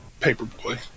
Paperboy